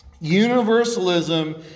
Universalism